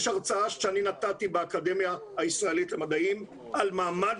יש הרצאה שאני נתתי באקדמיה הישראלית למדעים על מעמד